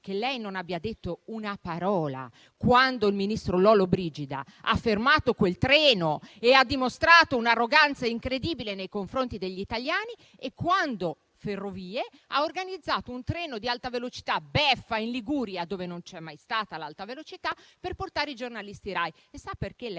lei non abbia detto una parola quando il ministro Lollobrigida ha fermato quel treno, dimostrando un'arroganza incredibile nei confronti degli italiani, e quando Ferrovie ha organizzato un treno di alta velocità - beffa in Liguria, dove non c'è mai stata l'alta velocità - per portare i giornalisti Rai. Sa perché lei